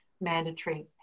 mandatory